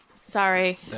Sorry